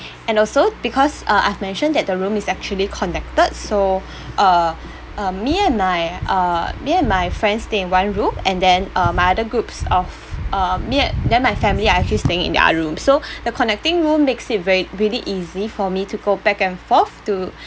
and also because uh I've mentioned that the room is actually connected so uh um me and my uh me and my friends stayed in one room and then uh my other groups of uh me and then my family are actually staying in the other room so the connecting room makes it very really easily for me to go back and forth to